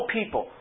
people